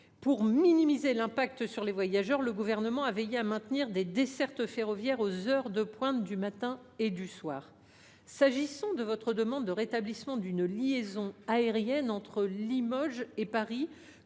pour minimiser leur impact sur les voyageurs, le Gouvernement a veillé à maintenir des dessertes ferroviaires aux heures de pointe du matin et du soir. Vous évoquez le rétablissement d’une liaison aérienne entre Limoges et Paris